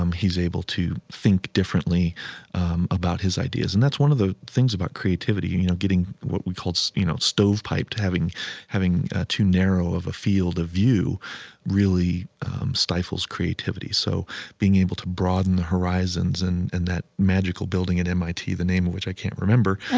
um he's able to think differently um about his ideas. and that's one of the things about creativity, and you know, getting what we call you know stovepiped. having having ah too narrow of a field of view really stifles creativity. so being able to broaden the horizons and in that magical building at mit, the name of which i can't remember,